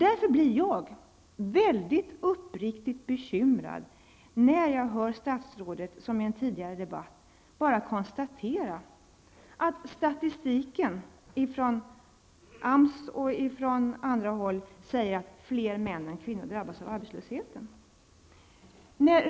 Därför blir jag uppriktigt bekymrad när jag hör statsrådet i en tidigare debatt bara konstatera att statistiken från AMS och andra säger att fler män än kvinnor drabbas av arbetslösheten.